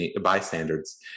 bystanders